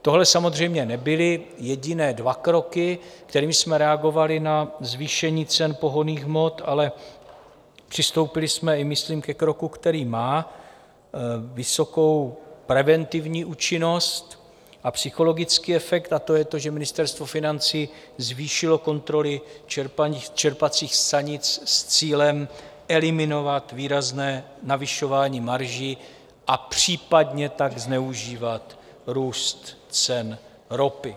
Tohle samozřejmě nebyly jediné dva kroky, kterými jsme reagovali na zvýšení cen pohonných hmot, ale přistoupili jsme i myslím ke kroku, který má vysokou preventivní účinnost a psychologický efekt, a to je to, že Ministerstvo financí zvýšilo kontroly čerpacích stanic s cílem eliminovat výrazné navyšování marží a případně tak zneužívat růst cen ropy.